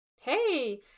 Hey